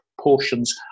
portions